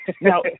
Now